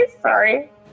Sorry